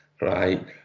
right